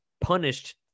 punished